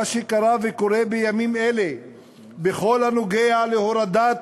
מה שקרה וקורה בימים אלה בכל הקשור להורדת